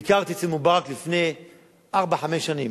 ביקרתי אצל מובארק לפני ארבע-חמש שנים,